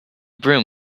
broom